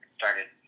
started